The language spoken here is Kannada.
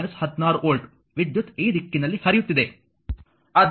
v 16 ವೋಲ್ಟ್ ವಿದ್ಯುತ್ ಈ ದಿಕ್ಕಿನಲ್ಲಿ ಹರಿಯುತ್ತಿದೆ